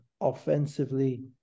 offensively